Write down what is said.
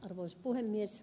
arvoisa puhemies